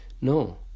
No